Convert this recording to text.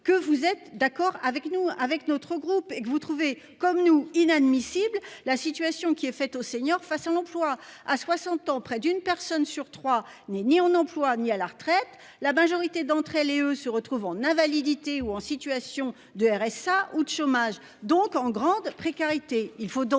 que vous êtes d'accord avec nous, avec notre groupe et que vous trouvez comme nous inadmissible la situation qui est faite aux seniors face à l'emploi à 60 ans près d'une personne sur 3 n'est ni en emploi, ni à la retraite. La majorité d'entre elles et eux se retrouvent en invalidité ou en situation de RSA ou chômage donc en grande précarité.